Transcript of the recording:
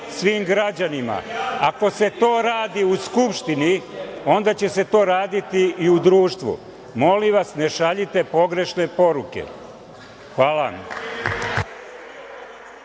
svim građanima. Ako se to radi u Skupštini, onda će se to raditi i u društvu. Molim vas, ne šaljite pogrešne poruke. Hvala